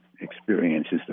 experiences